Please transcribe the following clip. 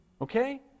Okay